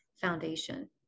foundation